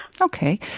Okay